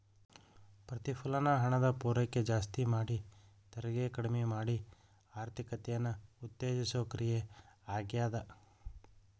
ಪ್ರತಿಫಲನ ಹಣದ ಪೂರೈಕೆ ಜಾಸ್ತಿ ಮಾಡಿ ತೆರಿಗೆ ಕಡ್ಮಿ ಮಾಡಿ ಆರ್ಥಿಕತೆನ ಉತ್ತೇಜಿಸೋ ಕ್ರಿಯೆ ಆಗ್ಯಾದ